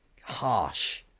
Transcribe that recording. Harsh